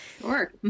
Sure